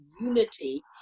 unity